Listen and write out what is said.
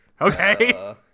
okay